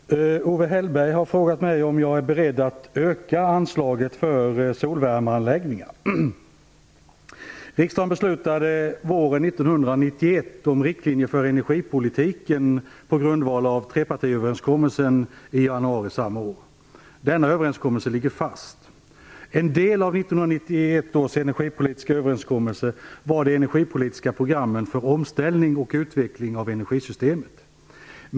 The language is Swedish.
Herr talman! Owe Hellberg har frågat mig om jag är beredd att öka anslaget för solvärmeanläggningar. Riksdagen beslutade våren 1991 om riktlinjer för energipolitiken på grundval av trepartiöverenskommelsen i januari samma år. Denna överenskommelse ligger fast. En del av 1991 års energipolitiska överenskommelse var de energipolitiska programmen för omställning och utveckling av energisystemet.